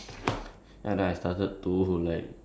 ya but then when um I tried this like